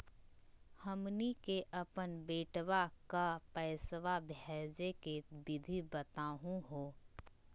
हमनी के अपन बेटवा क पैसवा भेजै के विधि बताहु हो?